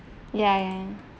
ya ya